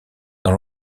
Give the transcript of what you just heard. dans